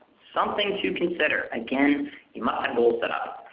something to consider. again, you must have goals set up.